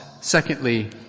Secondly